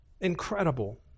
incredible